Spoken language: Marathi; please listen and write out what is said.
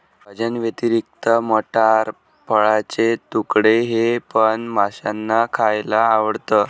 भाज्यांव्यतिरिक्त मटार, फळाचे तुकडे हे पण माशांना खायला आवडतं